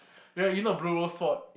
where you know blue rose sword